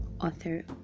author